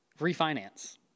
Refinance